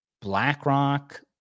BlackRock